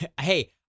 Hey